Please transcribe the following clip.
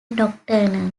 nocturnal